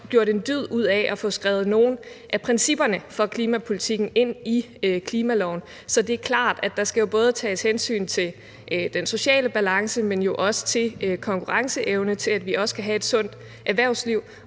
gjort en dyd ud af at få skrevet nogle af principperne for klimapolitikken ind i klimaloven, så det er klart, at der både skal tages hensyn til den sociale balance, men jo også til konkurrenceevne, til, at vi også kan have et sundt erhvervsliv,